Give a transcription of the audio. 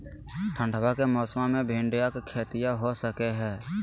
ठंडबा के मौसमा मे भिंडया के खेतीया हो सकये है?